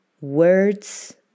words